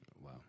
wow